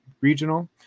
regional